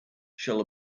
shall